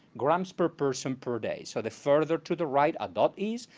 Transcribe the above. grams per person per day. so the further to the right a dot is,